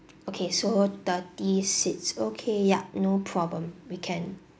okay so thirty seats okay yup no problem we can